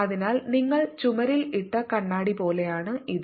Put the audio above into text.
അതിനാൽ നിങ്ങൾ ചുമരിൽ ഇട്ട കണ്ണാടി പോലെയാണ് ഇത്